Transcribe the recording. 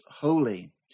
holy